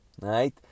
right